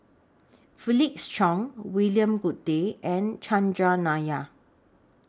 Felix Cheong William Goode and Chandran Nair